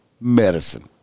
medicine